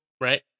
right